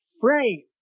frame